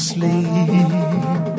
Sleep